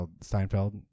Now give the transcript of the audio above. Steinfeld